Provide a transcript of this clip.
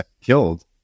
killed